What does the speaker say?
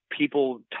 people